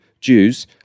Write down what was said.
Jews